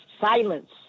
silence